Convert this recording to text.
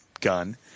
gun